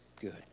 Good